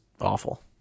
awful